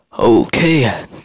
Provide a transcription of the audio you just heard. Okay